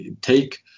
take